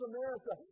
America